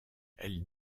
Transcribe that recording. elle